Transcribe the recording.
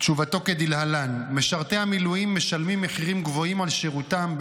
תשובתו כדלהלן: משרתי המילואים משלמים מחירים גבוהים על שירותם,